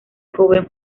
joven